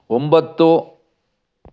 ಒಂಬತ್ತು